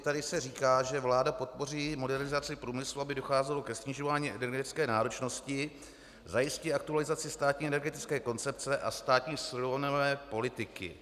Tady se říká, že vláda podpoří modernizaci průmyslu, aby docházelo ke snižování energetické náročnosti, zajistí aktualizaci státní energetické koncepce a státní surovinové politiky.